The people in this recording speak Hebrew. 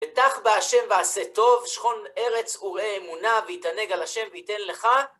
בטח בהשם ועשה טוב, שכון ארץ וראה אמונה, והתענג על השם ויתן לך.